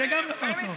זה גם דבר טוב.